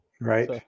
Right